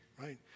right